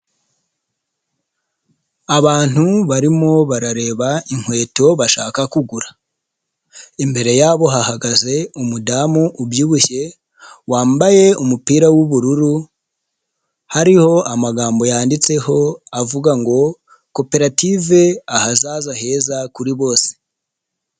Abantu barimo barareba inkweto bashaka kugura, imbere yabo hahagaze umudamu ubyibushye wambaye umupira w'ubururu, hariho amagambo yanditseho avuga ngo: "Koperative ahazaza heza kuri bose."